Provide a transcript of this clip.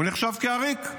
הוא נחשב לעריק.